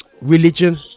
religion